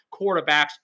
quarterbacks